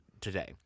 today